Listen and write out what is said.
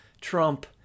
Trump